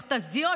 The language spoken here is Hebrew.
מכת"זיות,